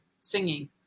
singing